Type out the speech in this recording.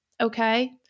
Okay